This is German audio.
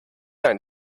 ein